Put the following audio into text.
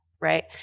right